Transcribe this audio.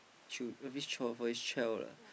should love each child for each child lah